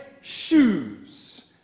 shoes